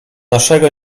naszego